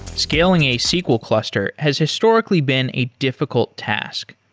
scaling a sql cluster has historically been a difficult task.